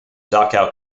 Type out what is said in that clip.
dachau